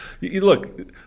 look